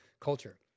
culture